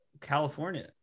California